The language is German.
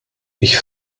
ich